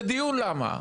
זה דיון לגבי למה.